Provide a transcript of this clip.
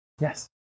Yes